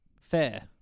Fair